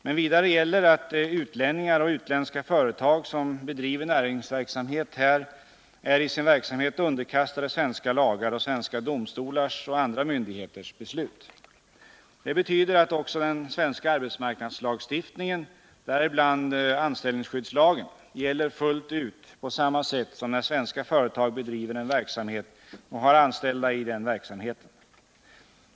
Men vidare gäller att utlänningar och utländska företag, som bedriver näringsverksamhet här, är i sin verksamhet underkastade svenska lagar och svenska domstolars och andra myndigheters beslut. Det betyder att också den svenska arbetsmarknadslagstiftningen — däribland anställningsskyddslagen — gäller fullt ut på samma sätt som när svenska företag bedriver en verksamhet och har Nr 26 anställda i den verksamheten.